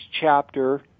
chapter